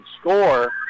score